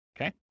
Okay